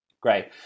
great